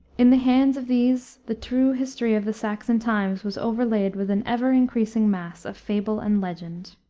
in the hands of these the true history of the saxon times was overlaid with an ever-increasing mass of fable and legend.